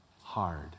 hard